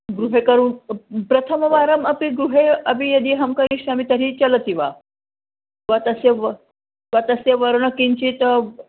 गृहे करो प्रथमवारम् अपि गृहे अपि यदि अहं करिष्यामि तर्हि चलति वा वा तस्य व या तस्याः वर्णः किञ्चित्